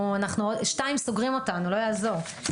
בשתיים סוגרים אותנו, לא יעזור.